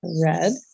red